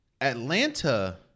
Atlanta